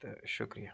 تہٕ شُکریہ